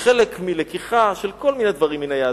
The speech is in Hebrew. כחלק מלקיחה של כל מיני דברים מן היהדות.